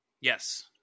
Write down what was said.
Yes